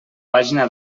pàgina